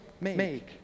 make